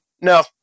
No